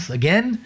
again